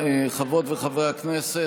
חברות וחברי הכנסת,